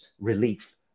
relief